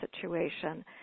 situation